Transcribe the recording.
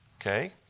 Okay